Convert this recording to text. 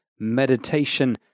Meditation